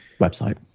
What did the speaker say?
website